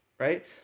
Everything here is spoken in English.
Right